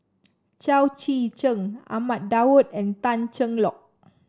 Chao Tzee Cheng Ahmad Daud and Tan Cheng Lock